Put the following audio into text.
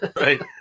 Right